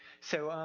so,